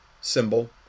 symbol